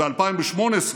ב-2018,